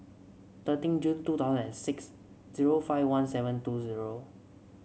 thirteen June two thousand and six zero five one seven two zero